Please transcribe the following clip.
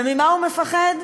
וממה הוא מפחד?